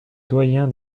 doyen